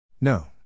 No